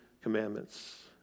commandments